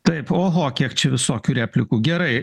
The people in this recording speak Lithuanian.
taip oho kiek čia visokių replikų gerai